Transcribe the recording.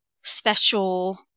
special